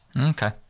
Okay